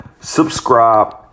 subscribe